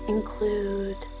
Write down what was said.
Include